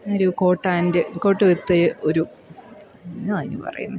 ഒരു coat and coat വിത്തേ ഒരു എന്നാ അതിനുപറയുന്നത്